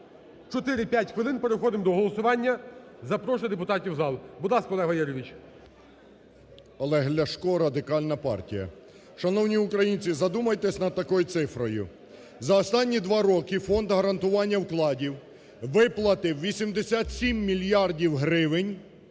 Через 4-5 хвилин переходимо до голосування, запрошую депутатів в зал. Будь ласка, Олег Валерійович. 17:03:56 ЛЯШКО О.В. Олег Ляшко, Радикальна партія. Шановні українці, задумайтесь над такою цифрою, за останні два роки Фонд гарантування вкладів виплатив 87 мільярдів гривень,